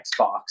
Xbox